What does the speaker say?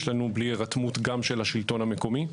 לנו בלי הירתמות גם של השלטון המקומי.